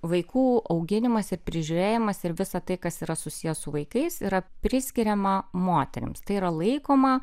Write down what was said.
vaikų auginimas ir prižiūrėjimas ir visa tai kas yra susiję su vaikais yra priskiriama moterims tai yra laikoma